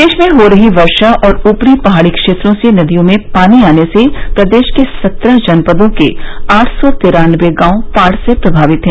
प्रदेश में हो रही वर्षा और ऊपरी पहाड़ी क्षेत्रों से नदियों में पानी आने से प्रदेश के सत्रह जनपदों के आठ सौ तिरान्नबे गांव बाढ़ से प्रभावित है